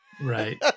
Right